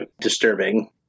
disturbing